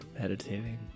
Meditating